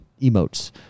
emotes